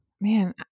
man